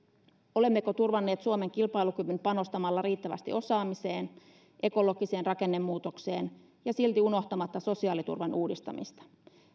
olemmeko turvanneet suomen kilpailukyvyn panostamalla riittävästi osaamiseen ekologiseen rakennemuutokseen unohtamatta silti sosiaaliturvan uudistamista